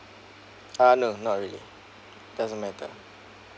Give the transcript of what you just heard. ah no not really doesn't matter